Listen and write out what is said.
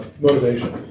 motivation